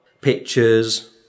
pictures